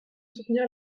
soutenir